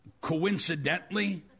coincidentally